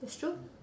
that's true